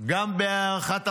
גם בהערכת המצב.